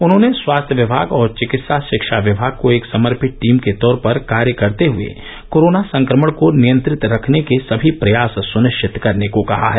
उन्होंने स्वास्थ विभाग और चिकित्सा शिक्षा विभाग को एक समर्पित टीम के तौर पर कार्य करते हुए कोरोना संक्रमण को नियंत्रित रखने के सभी प्रयास सुनिश्चित करने को कहा है